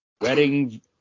Wedding